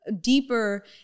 deeper